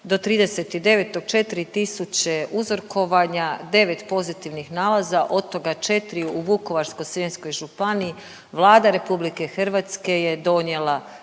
– 4 tisuće uzorkovanja, 9 pozitivnih nalaza, od toga 4 u Vukovarsko-srijemskoj županiji. Vlada RH je donijela